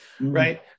right